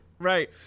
Right